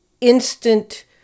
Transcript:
instant